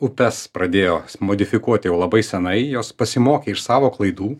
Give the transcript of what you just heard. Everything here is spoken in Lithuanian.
upes pradėjo modifikuot jau labai senai jos pasimokė iš savo klaidų